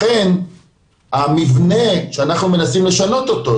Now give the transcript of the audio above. לכן המבנה שאנחנו מנסים לשנות אותו,